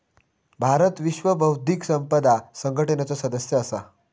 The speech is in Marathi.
भारत विश्व बौध्दिक संपदा संघटनेचो सदस्य असा